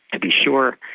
to be sure,